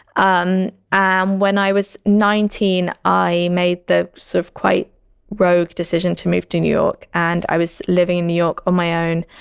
um um when i was nineteen, i made the sort of quite rogue decision to move to new york. and i was living in new york on my own.